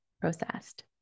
processed